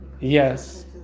Yes